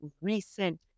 recent